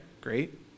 great